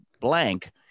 blank